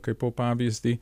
kaipo pavyzdį